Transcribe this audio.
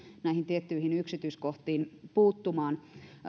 näihin tiettyihin yksityiskohtiin puuttumaan